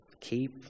Keep